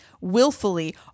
willfully